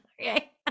Okay